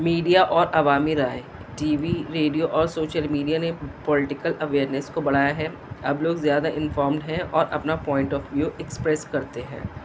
media اور عوامی رائے ٹی وی ریڈیو اور سوشل میڈیا نے پوولٹیکل اویئیرنیس کو بڑھایا ہے اب لوگ زیادہ انفارمڈ ہیں اور اپنا پوائنٹ آف ویو ایکسپریس کرتے ہیں